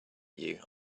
you